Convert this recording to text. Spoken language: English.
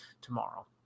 tomorrow